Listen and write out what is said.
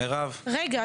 מירב, בבקשה.